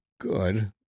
good